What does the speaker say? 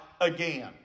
again